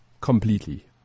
completely